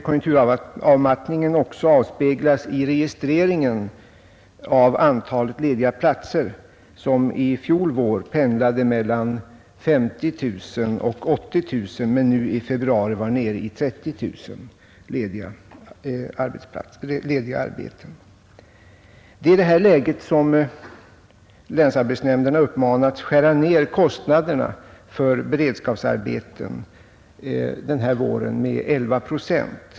Konjunkturavmattningen avspeglas också i registreringen av antalet lediga platser, som i fjol vår pendlade mellan 50 000 och 80 000 men nu i februari var nere i 30 000. Det är i detta läge som länsarbetsnämnderna uppmanats skära ner kostnaderna för beredskapsarbeten denna vår med 11 procent.